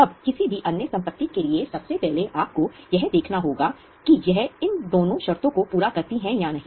अब किसी भी अन्य संपत्ति के लिए सबसे पहले आपको यह देखना होगा कि यह इन दोनों शर्तों को पूरा करती है या नहीं